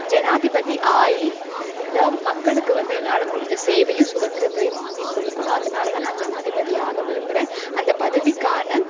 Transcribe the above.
ஜனாதிபதி ஆகி இந்த மக்களுக்கு வந்து என்னால் முடிஞ்ச சேவையும் சுதந்திரத்தையும் வாங்கி கொடுக்கணும் அதனால் தான் நான் ஜனாதிபதியாக ஆக விரும்புகிறேன் அந்த பதவிக்கான